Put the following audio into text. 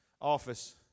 office